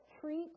treat